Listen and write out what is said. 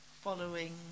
following